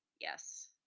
Yes